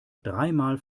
dreimal